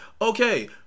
Okay